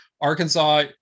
Arkansas